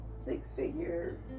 six-figure